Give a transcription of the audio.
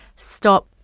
stop.